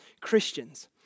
Christians